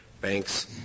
banks